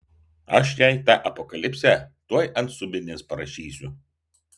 aš jai tą apokalipsę tuoj ant subinės parašysiu